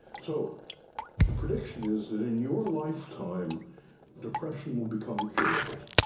so the prediction is that in your lifetime depression will become curable.